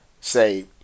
say